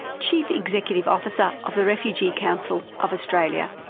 chief executive officer of the refugee council of australia.